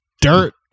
Dirt